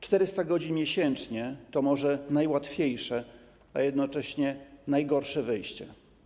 400 godzin miesięcznie to może najłatwiejsze, a jednocześnie najgorsze wyjście.